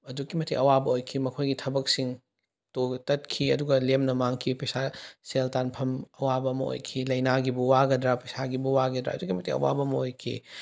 ꯑꯗꯨꯛꯀꯤ ꯃꯇꯤꯛ ꯑꯋꯥꯕ ꯑꯣꯏꯈꯤ ꯃꯈꯣꯏꯒꯤ ꯊꯕꯛꯁꯤꯡ ꯇꯠꯈꯤ ꯑꯗꯨꯒ ꯂꯦꯝꯅ ꯃꯥꯡꯈꯤ ꯄꯩꯁꯥ ꯁꯦꯜ ꯇꯥꯟꯐꯝ ꯑꯋꯥꯕ ꯑꯃ ꯑꯣꯏꯈꯤ ꯂꯩꯅꯥꯒꯤꯕꯨ ꯋꯥꯒꯗ꯭ꯔ ꯄꯩꯁꯥꯒꯤꯕꯨ ꯋꯥꯒꯗ꯭ꯔ ꯑꯗꯨꯛꯀꯤ ꯃꯇꯤꯛ ꯑꯋꯥꯕ ꯑꯃ ꯑꯣꯏꯈꯤ